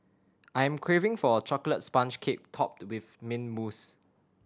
I am craving for a chocolate sponge cake topped with mint mousse